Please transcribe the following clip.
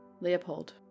Leopold